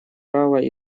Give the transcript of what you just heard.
права